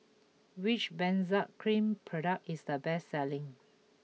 which Benzac Cream product is the best selling